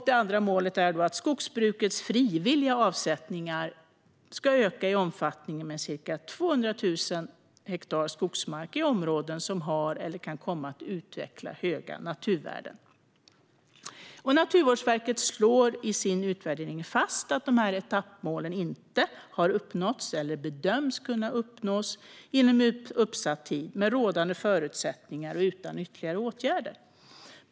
Det andra målet är att skogsbrukets frivilliga avsättningar ska öka i omfattning med ca 200 000 hektar skogsmark i områden som har eller kan komma att utveckla höga naturvärden. Naturvårdsverket slår i sin utvärdering fast att etappmålen inte har uppnåtts eller har bedömts kunna uppnås inom utsatt tid med rådande förutsättningar och utan ytterligare åtgärder.